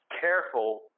careful